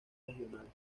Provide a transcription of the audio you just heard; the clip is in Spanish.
regionales